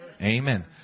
Amen